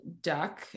duck